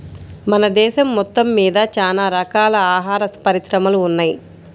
మన దేశం మొత్తమ్మీద చానా రకాల ఆహార పరిశ్రమలు ఉన్నయ్